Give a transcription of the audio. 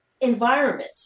environment